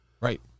Right